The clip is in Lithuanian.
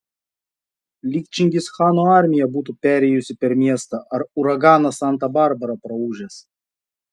lyg čingischano armija būtų perėjusi per miestą ar uraganas santa barbara praūžęs